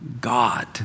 God